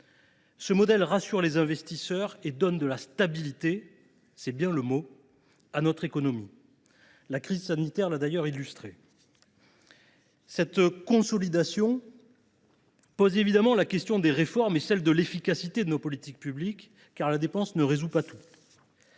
Ce modèle rassure les investisseurs et donne de la stabilité – c’est bien le mot !– à notre économie. La crise sanitaire l’a d’ailleurs illustré. Cette consolidation pose évidemment la question des réformes et celle de l’efficacité de nos politiques publiques, car la dépense ne résout pas tout.